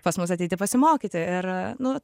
pas mus ateiti pasimokyti ir nu